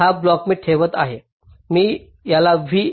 हा ब्लॉक मी ठेवत आहे मी त्याला v